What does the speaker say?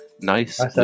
nice